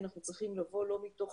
אנחנו צריכים לבוא לא מתוך